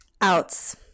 Outs